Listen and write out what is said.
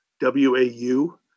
W-A-U